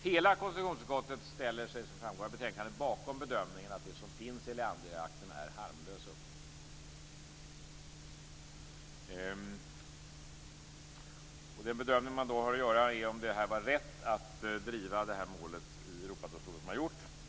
Som framgår av betänkandet ställer sig hela konstitutionsutskottet bakom bedömningen att det som finns i Leanderakten är harmlösa uppgifter. Den bedömningen man då har att göra är om det var rätt att driva målet till Europadomstolen så som gjorts.